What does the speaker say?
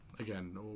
Again